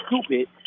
stupid